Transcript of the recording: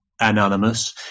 anonymous